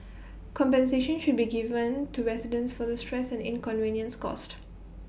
compensation should be given to residents for the stress and inconvenience caused